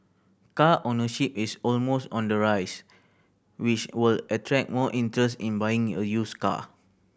car ownership is almost on the rise which will attract more interest in buying a used car